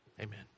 Amen